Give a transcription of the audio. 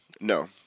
No